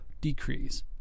decrease